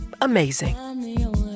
Amazing